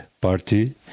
Party